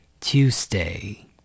Tuesday